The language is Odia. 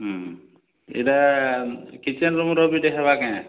ହୁଁ ଏଇଟା କିଚେନ୍ ରୁମ୍ର ବି ଦେଖେବା କାଁଏ